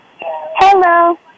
Hello